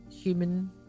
human